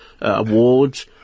Awards